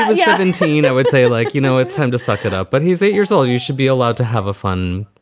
ah yeah seventeen, i would say, like, you know, it's time to suck it up but he's eight years old. you should be allowed to have a fun,